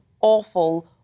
awful